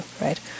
right